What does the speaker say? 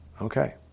Okay